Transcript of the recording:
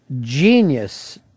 genius